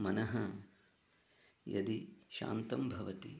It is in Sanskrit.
मनः यदि शान्तं भवति